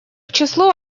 числу